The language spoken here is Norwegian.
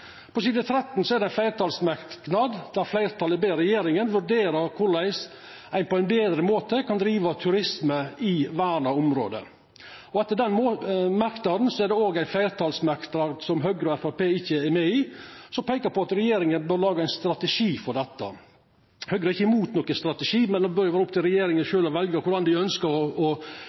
På side 13 i innstillinga er det ein fleirtalsmerknad der ein ber regjeringa vurdera korleis ein på ein betre måte kan driva turisme i verna område. Etter den merknaden er det òg ein fleirtalsmerknad, som Høgre og Framstegspartiet ikkje er med i, som peiker på at regjeringa bør laga ein strategi for dette. Høgre er ikkje imot nokon strategi, men det må vera opp til regjeringa sjølv korleis dei ønskjer å